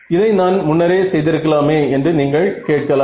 இதை நான் முன்னரே செய்திருக்கலாமே என்று நீங்கள் கேட்கலாம்